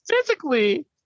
physically